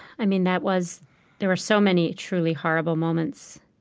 i mean, that was there were so many truly horrible moments.